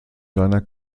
seiner